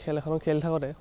খেল এখন খেলি থাকোঁতে